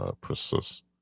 persist